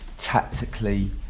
tactically